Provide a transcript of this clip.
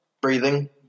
Breathing